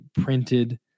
printed